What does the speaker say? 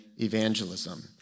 evangelism